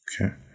okay